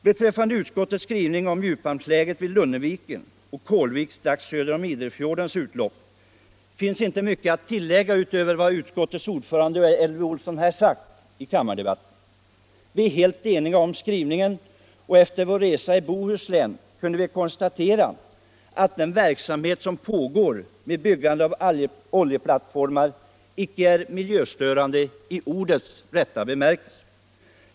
Beträffande utskottets skrivning om djuphamnsläget vid Lunneviken och Kålvik strax söder om Idrefjordens utlopp finns inte mycket att tilllägga utöver vad utskottets ordförande, Elvy Olsson, har sagt här i kammaren. Vi är helt eniga om skrivningen, och efter vår resa i Bohuslän kunde vi konstatera att den verksamhet som pågår med byggande av oljeplattformar inte är miljöstörande i ordets rätta bemärkelse.